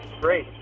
great